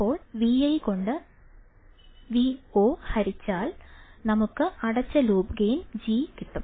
ഇപ്പോൾ Vi കൊണ്ട് Vo ഹരിച്ചാൽ നമുക്ക് അടച്ച ലൂപ്പ് ഗെയിൻ G കിട്ടും